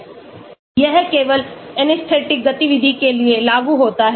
यह केवल anesthetic गतिविधि के लिए लागू होता है